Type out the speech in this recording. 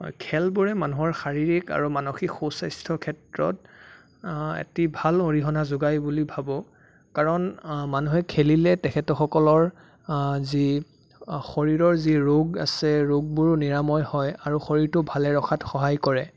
খেলবোৰে মানুহৰ শাৰীৰিক আৰু মানসিক সুস্বাস্থ্যৰ ক্ষেত্ৰত এটি ভাল অৰিহনা যোগায় বুলি ভাবোঁ কাৰণ মানুহে খেলিলে তেখেতসকলৰ যি শৰীৰৰ যি ৰোগ আছে ৰোগবোৰ নিৰাময় হয় আৰু শৰীৰটো ভালে ৰখাত সহায় কৰে